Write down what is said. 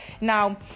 Now